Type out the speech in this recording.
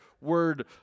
word